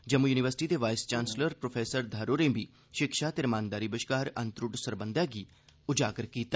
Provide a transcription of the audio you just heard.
Jammu university दे vice chancellor pro Dhar होरें बी शिक्षा ते रमानदारी बश्कार अनत्रुट्ट सरबंधै गी उजागर कीता